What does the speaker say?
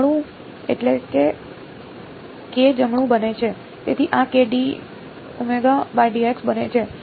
જમણું એટલે k જમણું બને છે તેથી આ બને છે